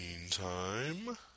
meantime